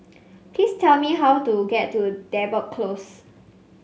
please tell me how to get to Depot Close